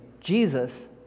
Jesus